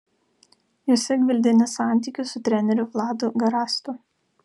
juose gvildeni santykius su treneriu vladu garastu